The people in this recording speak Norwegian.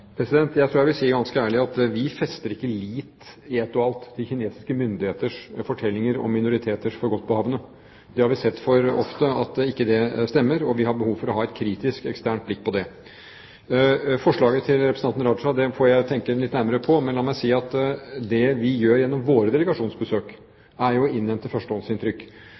Jeg tror jeg vil si ganske ærlig at vi ikke i ett og alt fester lit til kinesiske myndigheters fortellinger om minoriteters forehavende. Vi har sett for ofte at det ikke stemmer, og vi har behov for å ha et kritisk eksternt blikk på det. Forslaget til representanten Raja får jeg tenke litt nærmere på, men la meg si at det vi gjør gjennom våre delegasjonsbesøk, er jo å innhente